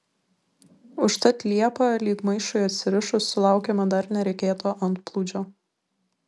užtat liepą lyg maišui atsirišus sulaukėme dar neregėto antplūdžio